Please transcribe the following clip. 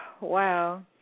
wow